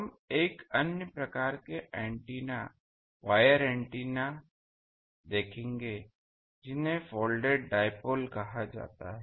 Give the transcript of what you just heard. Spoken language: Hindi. हम एक अन्य प्रकार के एंटीना वायर एंटीना देखेंगे जिन्हें फोल्डेड डाइपोल कहा जाता है